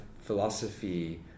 philosophy